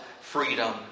freedom